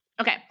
Okay